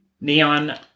Neon